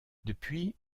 depuis